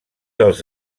els